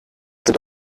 sind